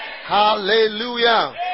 Hallelujah